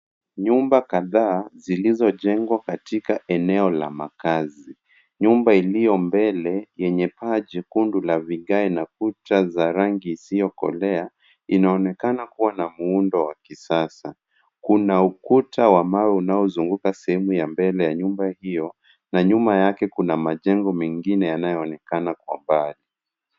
Nyumba kadhaa zilizojengwa katika eneo la makazi. Nyumba iliyo mbele yenye paa jekundu ya vigae na kuta ya rangi isiyokolea, inaonekana kuwa na muundo wa kisasa. Kuna ukuta wa mawe unaozunguka sehemu ya mbele ya nyumba hiyo, na nyuma yake kuna majengo mengine yanayoonekana kwa mbali.